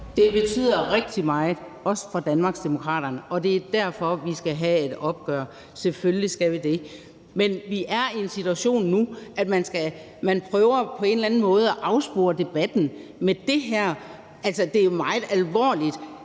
Det betyder rigtig meget, også for Danmarksdemokraterne, og det er derfor, vi skal have et opgør. Selvfølgelig skal vi det, men vi er i en situation nu, hvor man på en eller anden måde prøver at afspore debatten med det her. Det er jo meget alvorligt.